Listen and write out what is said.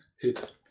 hit